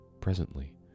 presently